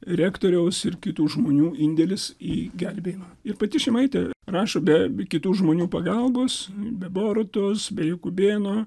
rektoriaus ir kitų žmonių indėlis į gelbėjimą ir pati šimaitė rašo be kitų žmonių pagalbos be borutos be jokubėno